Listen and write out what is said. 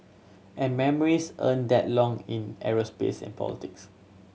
and memories aren't that long in aerospace and politics